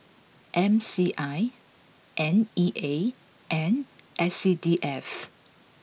M C I N E A and S C D F